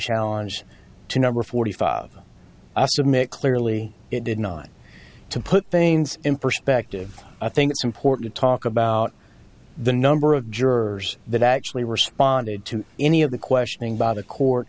challenge to number forty five i submit clearly it did not to put things in perspective i think it's important to talk about the number of jurors that actually responded to any of the questioning by the